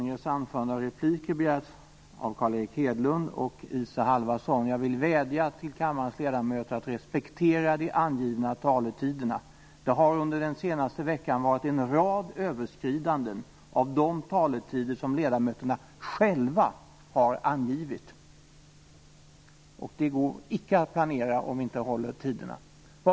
Jag vill vädja till kammarens ledamöter att respektera de angivna taletiderna. Det har under den senaste veckan förekommit en rad överskridanden av de taletider som ledamöterna själva har angett. Det går icke att planera om vi inte håller tiderna.